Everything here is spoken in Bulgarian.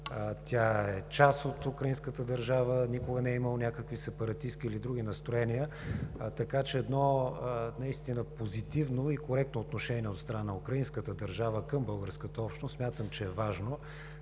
тя е част от украинската държава, никога не е имала някакви сепаратистки или други настроения, така че едно наистина позитивно и коректно отношение от страна на украинската държава към българската общност, смятам че е важно.